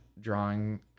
drawing